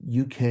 uk